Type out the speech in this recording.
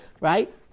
right